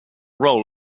role